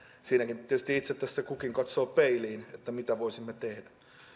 siinäkin nyt tietysti itse kukin katsoo peiliin mitä voisimme tehdä